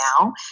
now